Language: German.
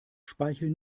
speichel